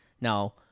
Now